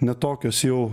ne tokios jau